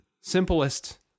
simplest